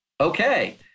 okay